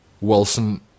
Wilson